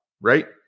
right